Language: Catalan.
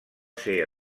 ser